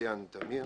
התעשיין תמיר